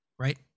right